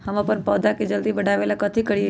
हम अपन पौधा के जल्दी बाढ़आवेला कथि करिए?